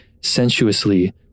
sensuously